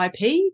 IP